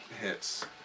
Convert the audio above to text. Hits